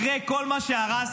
אחרי כל מה שהרסתם,